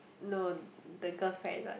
no the girlfriend one